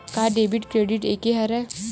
का debit credit एके हरय?